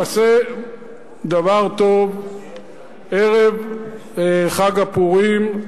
נעשה דבר טוב ערב חג הפורים,